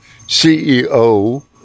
CEO